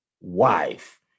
wife